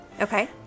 okay